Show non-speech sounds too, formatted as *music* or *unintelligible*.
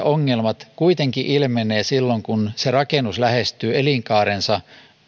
*unintelligible* ongelmat kuitenkin ilmenevät silloin kun rakennus lähestyy elinkaarensa